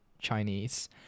chinese